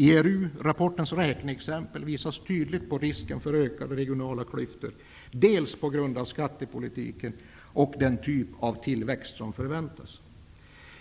I ERU-rapportens räkneexempel visas tydligt risken för ökade regionala klyftor på grund av dels skattepolitiken, dels den typ av tillväxt som förväntas.